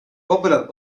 popular